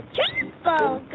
Triple